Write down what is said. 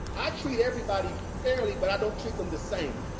i treat everybody fairly, but i don't treat them the same.